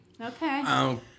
Okay